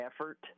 effort